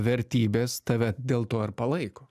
vertybės tave dėl to ir palaiko